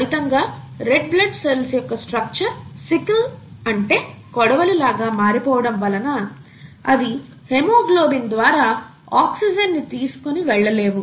ఫలితంగా red blood cells యొక్క structure sickle అంటే కొడవలి లాగా మారిపోవటం వలన అవి హెమోగ్లోబిన్ ద్వారా ఆక్సిజన్ ని తీసుకొని వెళ్ళలేవు